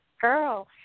girl